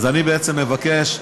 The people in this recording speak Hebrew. אז אני בעצם מבקש,